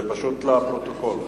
זה פשוט לפרוטוקול,